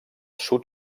sud